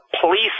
police